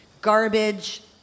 Garbage